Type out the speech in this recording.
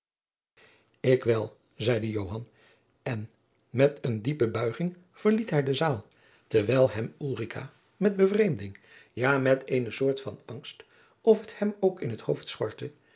ik wel zeide joan en met eene diepe buiging verliet hij de zaal terwijl hem ulrica met bevreemding ja met eene soort van angst of het hem ook in t hoofd